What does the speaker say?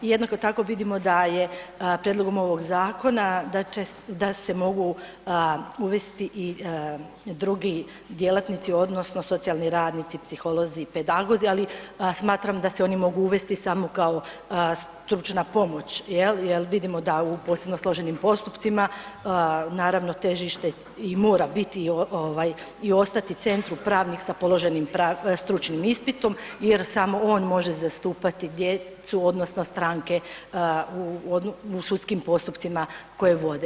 Jednako tako vidimo da je prijedlogom ovog zakona, da će se, da se mogu uvesti i drugi djelatnici odnosno socijalni radnici, psiholozi i pedagozi, ali smatram da se oni mogu uvesti samo kao stručna pomoć jel, jer vidimo da u posebno složenim postupcima naravno težište i mora biti ovaj i ostati centru pravnih sa položenim stručnim ispitom jer samo on može zastupati djecu odnosno stranke u sudskim postupcima koje vode.